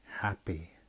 happy